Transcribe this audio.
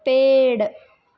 पेड़